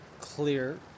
clear